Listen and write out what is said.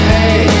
Hey